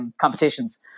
competitions